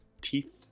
teeth